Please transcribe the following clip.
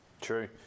True